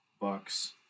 Bucks